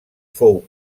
fou